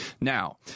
Now